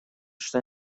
что